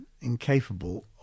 incapable